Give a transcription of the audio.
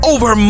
Over